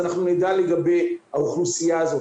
אנחנו נדע לגבי האוכלוסייה הזאת.